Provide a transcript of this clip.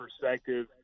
perspective